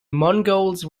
mongols